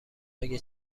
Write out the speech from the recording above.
اگه